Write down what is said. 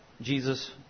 Jesus